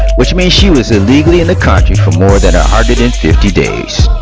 which means she was illegally in the country for more than a hundred and fifty days.